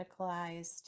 medicalized